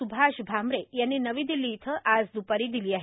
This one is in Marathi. स्भाष भामरे यांनी नवी दिल्ली इथं आज द्पारी दिली आहे